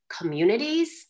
communities